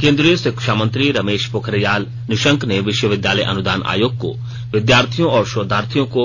केन्द्रीय शिक्षा मंत्री रमेश पोखरियाल निशंक ने विश्वविद्यालय अनुदान आयोग को विद्यार्थियों और शोधार्थियों को